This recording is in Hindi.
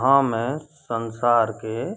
हाँ मैं संसार के